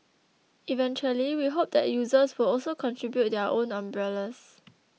eventually we hope that users will also contribute their own umbrellas